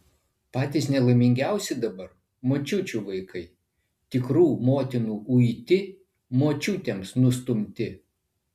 patys nelaimingiausi dabar močiučių vaikai tikrų motinų uiti močiutėms nustumti